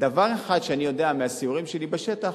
דבר אחד שאני יודע מהסיורים שלי בשטח,